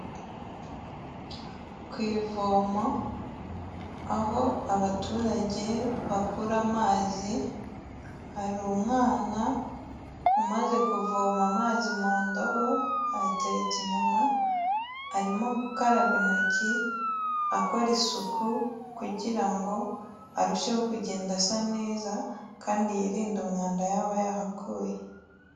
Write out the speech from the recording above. Ku ivomo, aho abaturage bakura amazi, hari umwana umaze kuvoma amazi mu ndobo ayateretse inyuma, arimo gukaraba intoki akora isuku kugira ngo arusheho kugenda asa neza kandi yirinde umwanda yaba yahakuye.